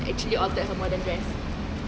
actually order her modern dress